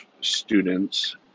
students